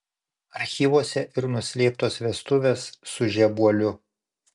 archyvuose ir nuslėptos vestuvės su žebuoliu